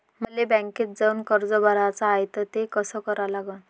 मले बँकेत जाऊन कर्ज भराच हाय त ते कस करा लागन?